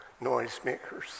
noisemakers